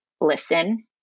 listen